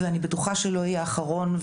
ואני בטוחה שלא יהיה אחרון.